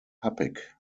happig